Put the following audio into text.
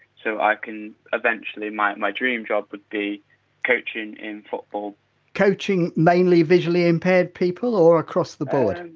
so i can eventually my my dream job would be coaching in football coaching mainly visually impaired people or across the board?